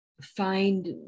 find